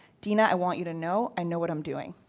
dina, i want you to know i know what i'm doing.